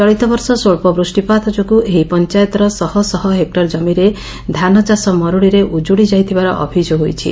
ଚଳିତ ବର୍ଷ ସ୍ୱଳ ବୃଷ୍ଟିପାତ ଯୋଗୁଁ ଏହି ପଞ୍ଚାୟତର ଶହ ଶହ ହେକୁର ଜମିରେ ଧାନଚାଷ ମରୁଡ଼ିରେ ଉକୁଡ଼ି ଯାଇଥିବାର ଅଭିଯୋଗ ହୋଇଛି